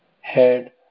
head